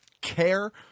care